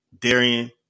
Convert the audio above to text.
Darian